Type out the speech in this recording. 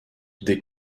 des